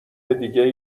دیگه